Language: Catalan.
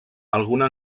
alguna